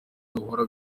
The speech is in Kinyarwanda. dukora